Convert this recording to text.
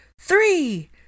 three